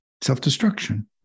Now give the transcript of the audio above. self-destruction